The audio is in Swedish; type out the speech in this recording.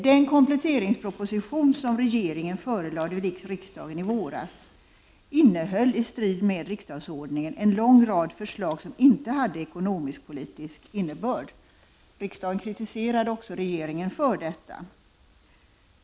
Den kompletteringsproposition som regeringen i våras förelade riksdagen innehöll, i strid med riksdagsordningen, en lång rad förslag som inte hade ekonomisk-politisk innebörd. Riksdagen kritiserade också regeringen för detta.